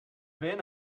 been